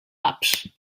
apps